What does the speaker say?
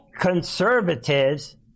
conservatives